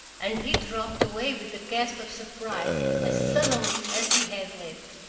and he dropped away with a gasp of surprise as suddenly as he had lit.